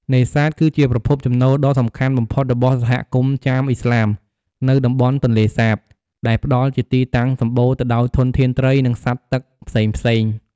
នេសាទ គឺជាប្រភពចំណូលដ៏សំខាន់បំផុតរបស់សហគមន៍ចាមឥស្លាមនៅតំបន់ទន្លេសាប ដែលផ្តល់ជាទីតាំងសម្បូរទៅដោយធនធានត្រី និងសត្វទឹកផ្សេងៗ។